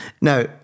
Now